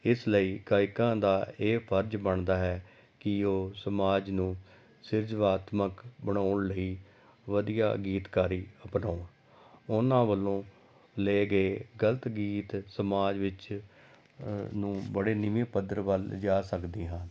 ਇਸ ਲਈ ਗਾਇਕਾਂ ਦਾ ਇਹ ਫਰਜ ਬਣਦਾ ਹੈ ਕਿ ਉਹ ਸਮਾਜ ਨੂੰ ਸਿਰਜਣਾਤਮਕ ਬਣਾਉਣ ਲਈ ਵਧੀਆ ਗੀਤਕਾਰੀ ਅਪਣਾਉਣ ਉਹਨਾਂ ਵੱਲੋਂ ਲਏ ਗਏ ਗਲਤ ਗੀਤ ਸਮਾਜ ਵਿੱਚ ਨੂੰ ਬੜੇ ਨੀਵੇਂ ਪੱਧਰ ਵੱਲ ਲਿਜਾ ਸਕਦੇ ਹਾਂ